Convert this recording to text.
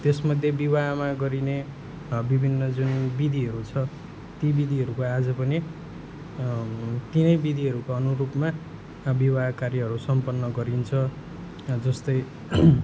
त्यसमध्ये विवाहमा गरिने विभिन्न जुन विधिहरू छ ती विधिहरूको आज पनि तिनै विधिहरूको अनुरूपमा विवाह कार्यहरू सम्पन्न गरिन्छ जस्तै